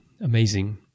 amazing